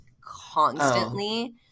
constantly